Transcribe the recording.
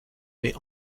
mais